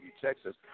Texas